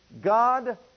God